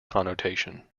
connotation